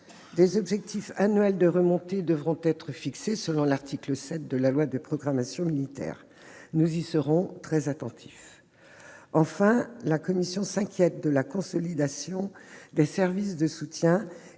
Des objectifs annuels d'évolution devront être fixés selon l'article 7 de la loi de programmation militaire. Nous y serons très attentifs. Enfin, la commission s'inquiète de la consolidation des services de soutien,